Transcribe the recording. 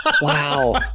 Wow